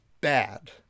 bad